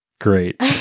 Great